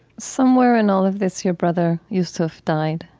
somewhere in all of this your brother, yusef, died,